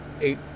eight